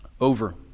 over